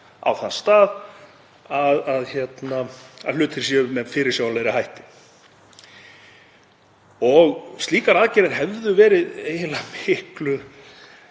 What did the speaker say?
á þann stað að hlutir séu með fyrirsjáanlegri hætti og slíkar aðgerðir hefðu eiginlega verið